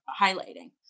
highlighting